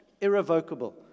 Irrevocable